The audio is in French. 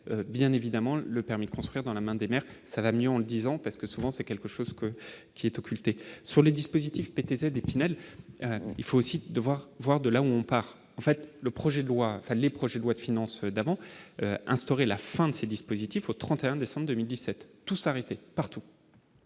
bien évidemment le permis de construire dans la main des maires, ça va mieux en le disant, parce que souvent c'est quelque chose que qui est occulté sur les dispositif PTZ Epinal il faut aussi devoir voir de là on part en fait le projet de loi, les projets de loi de finances d'damant instaurer la fin de ce dispositif au 31 décembre 2017, tout s'arrêter partout,